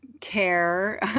care